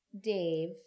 Dave